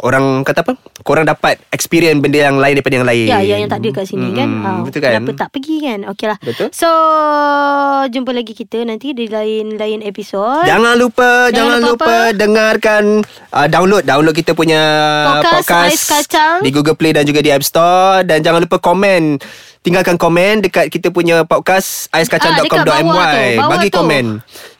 Orang kata apa? Korang dapat experience benda yang lain daripada yang Ya, yang- yang tak ada lain. kat sini kan? Hmm, Ah, betul kan? kenapa tak pergi kan? Okeylah. Betul. So, jumpa lagi kita nanti di lain-lain episode. Jangan lupa- Jangan jangan lupa apa? lupa dengarkan, ah, download- download kita punya Podcast Ais podcast Kacang. di Google Play dan juga di App Store. Dan jangan lupa komen. Tinggalkan komen dekat kita punya podcast, Aiskacang.com.my. Ah, dekat bawah tu, bawah Bagi tu. komen.